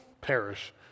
perish